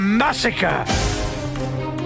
massacre